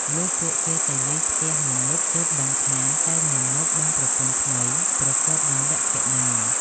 លុះពួកគេទៅលេងផ្ទះមាណព ទើបដឹងថាចៅមាណពបានប្រពន្ធថ្មីប្រកបដោយលក្ខិណា។